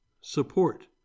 support